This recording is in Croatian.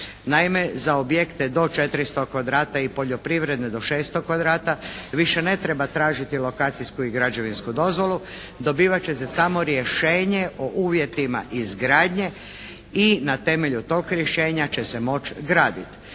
Naime, za objekte od 400 kvadrata i poljoprivredne do 600 kvadrata više ne treba tražiti lokacijsku i građevinsku dozvolu, dobivat će se samo rješenje o uvjetima izgradnje i na temelju tog rješenja će se moći graditi.